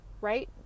right